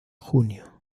junio